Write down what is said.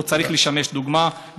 הוא צריך לשמש דוגמה,